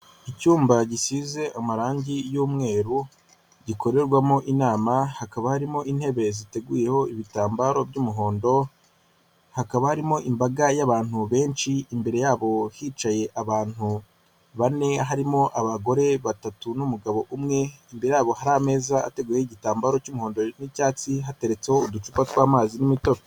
Icyumba gisize amarangi y'umweru gikorerwamo inama hakaba harimo intebe ziteguyeho ibitambaro by'umuhondo, hakaba harimo imbaga y'abantu benshi imbere yabo hicaye abantu bane harimo abagore batatu n'umugabo umwe, imbere yabo hari ameza ateguyeho igitambaro cy'umuhondo n'icyatsi hateretseho uducupa tw'amazi n'imitobe.